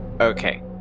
Okay